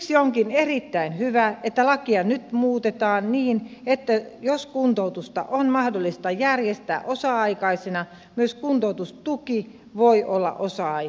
siksi onkin erittäin hyvä että lakia nyt muutetaan niin että jos kuntoutusta on mahdollista järjestää osa aikaisena myös kuntoutustuki voi olla osa aikainen